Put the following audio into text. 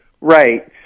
Right